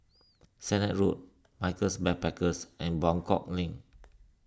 Sennett Road Michaels Backpackers and Buangkok Link